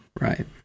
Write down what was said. Right